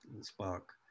spark